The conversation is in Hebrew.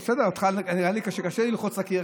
נו, בסדר, אותך נראה לי שקשה ללחוץ לקיר.